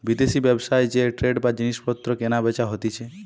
বিদেশি ব্যবসায় যে ট্রেড বা জিনিস পত্র কেনা বেচা হতিছে